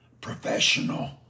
Professional